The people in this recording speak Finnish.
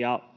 Ja